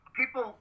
people